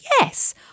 yes